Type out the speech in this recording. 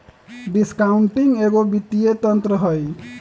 discounting एगो वित्तीय तंत्र हइ